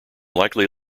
likely